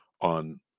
on